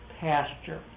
pasture